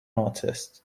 artist